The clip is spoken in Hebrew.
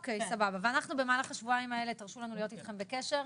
אנחנו במהלך השבועיים האלה תרשו לנו להיות אתכם בקשר.